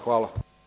Hvala.